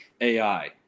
AI